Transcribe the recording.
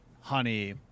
honey